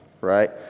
Right